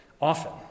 often